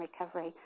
recovery